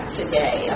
today